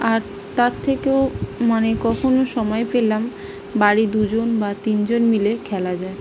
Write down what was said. আর তার থেকেও মানে কখনো সময় পেলাম বাড়ির দুজন বা তিনজন মিলে খেলা যায়